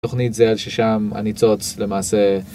תוכנית זה ששם הניצוץ למעשה.